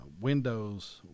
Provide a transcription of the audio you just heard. Windows